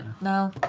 no